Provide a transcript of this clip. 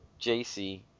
JC